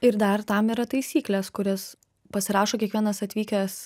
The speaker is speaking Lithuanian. ir dar tam yra taisyklės kurias pasirašo kiekvienas atvykęs